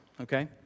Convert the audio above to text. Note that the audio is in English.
okay